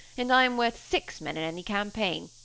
and i am worth six men in any campaign,